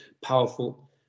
powerful